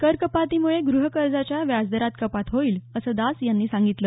करकपातीमुळे गृहकर्जाच्या व्याजदरात कपात होईल असं दास यांनी सांगितलं